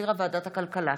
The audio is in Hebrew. שהחזירה ועדת הכלכלה.